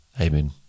Amen